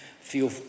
feel